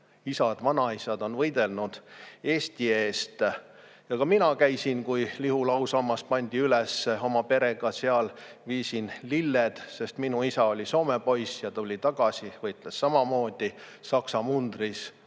isad-vanaisad on võidelnud Eesti eest. Ja ka mina käisin, kui Lihula ausammas pandi üles, oma perega seal ning viisin lilled, sest minu isa oli soomepoiss. Ta tuli tagasi ja võitles samamoodi Saksa mundris.